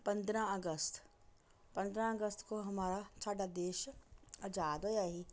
पंदरां अगस्त पंदरां अगस्त को हमारा साढ़ा देश अजाद होएआ ही